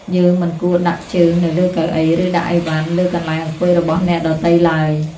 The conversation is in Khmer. យើងមិនគួរដាក់ជើងនៅលើកៅអី ឬដាក់អីវ៉ាន់លើកន្លែងអង្គុយរបស់អ្នកដទៃឡើយ។